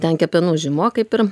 ten kepenų žymuo kaip ir